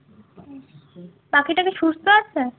পাখিটা কি সুস্থ আছে